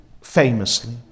famously